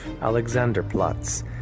Alexanderplatz